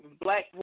black